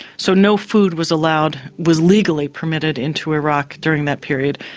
so no food was allowed was legally permitted into iraq during that period,